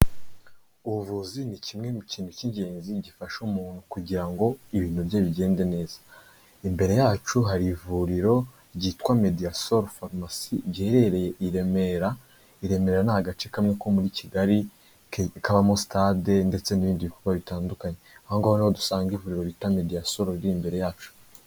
Ubuvuzi ni kimwe mu kintu cy'ingenzi gifasha umuntu kugira ngo ibintu bye bigende neza imbere yacu hari ivuriro ryitwa mediya sol forumasi giherereye i Remera, i Remera ni agace kamwe ko muri Kigali k'abamo sitade ndetse n'ibindikorwa bitandukanye aho ngaha niho dusanga ivuriro ryitwa mediya sol riri imbere yacu.